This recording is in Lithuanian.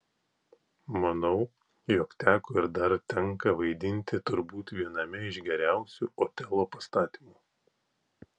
manau jog teko ir dar tenka vaidinti turbūt viename iš geriausių otelo pastatymų